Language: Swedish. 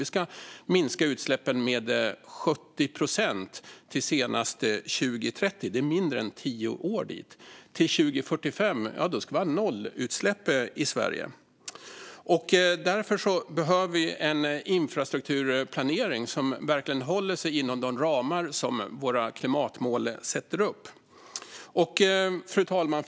Vi ska minska utsläppen med 70 procent till senast 2030. Det är mindre än tio år dit. Till 2045 ska vi ha nollutsläpp i Sverige. Därför behöver vi en infrastrukturplanering som verkligen håller sig inom de ramar som våra klimatmål sätter upp. Fru talman!